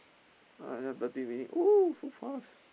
!aiya! thirty minute !oo! so fast